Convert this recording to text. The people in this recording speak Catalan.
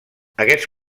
aquests